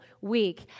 week